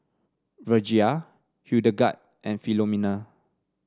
Virgia Hildegard and Filomena